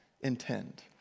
intend